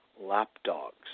lapdogs